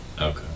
Okay